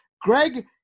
Greg